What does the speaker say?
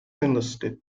enlisted